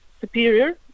Superior